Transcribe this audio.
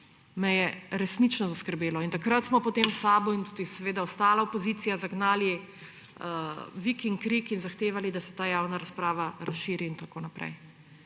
me je resnično zaskrbelo. Takrat smo potem v SAB in tudi ostala opozicija zagnali vik in krik in zahtevali, da se ta javna razprava razširi in tako naprej.